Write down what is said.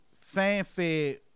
fanfare